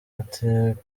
mategeko